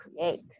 create